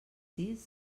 cis